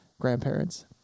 grandparents